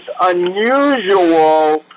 unusual